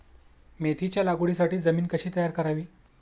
मेथीच्या लागवडीसाठी जमीन कशी तयार करावी?